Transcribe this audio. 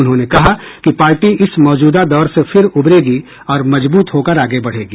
उन्होंने कहा कि पार्टी इस मौजूदा दौर से फिर उबरेगी और मजबूत होकर आगे बढ़ेगी